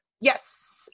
yes